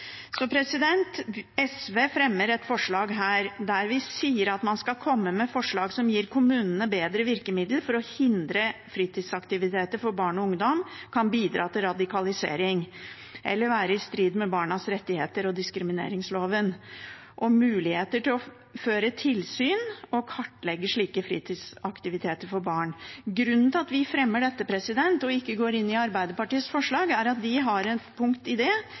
Så SV fremmer et forslag her der vi ber om at man skal komme med forslag som gir kommunene bedre virkemidler for å hindre fritidsaktiviteter for barn og ungdom som kan bidra til radikalisering eller være i strid med barnas rettigheter og diskrimineringsloven, og mulighet til å føre tilsyn og kartlegge slike fritidsaktiviteter for barn. Grunnen til at vi fremmer dette og ikke går inn i Arbeiderpartiets forslag, er at de har et punkt